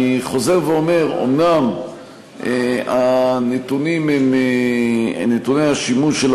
אני חוזר ואומר: אומנם נתוני השימוש של